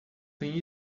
tem